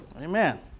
Amen